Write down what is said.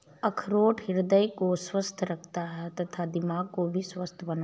अखरोट हृदय को स्वस्थ रखता है तथा दिमाग को भी स्वस्थ बनाता है